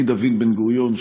מדוד בן-גוריון,